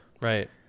Right